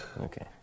Okay